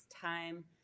time